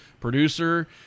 producer